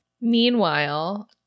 Meanwhile